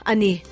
Ani